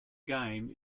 game